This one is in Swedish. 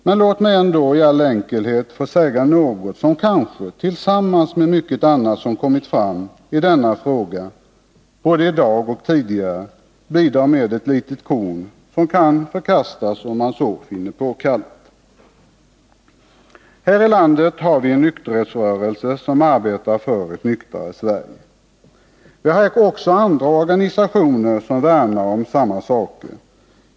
Men låt mig ändå i all enkelhet få säga något som kanske, tillsammans med mycket annat som både i dag och tidigare kommit fram i denna fråga, kan bidra till en lösning. Det är ett litet korn, som kan förkastas, om man så finner påkallat. Här i landet har vi en nykterhetsrörelse som arbetar för ett nyktrare Sverige. Vi har också andra organisationer som värnar om samma sak.